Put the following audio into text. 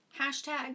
hashtag